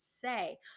say